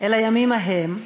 אל הימים ההם,